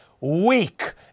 weak